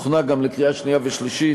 הוכנה גם לקריאה שנייה ושלישית,